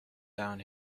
down